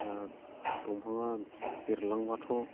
दंफाङा देरलांबाथ'